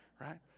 right